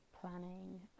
planning